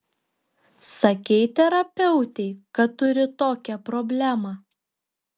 sakei terapeutei kad turi tokią problemą